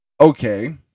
okay